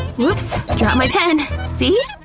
whoops, dropped my pen, see?